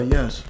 Yes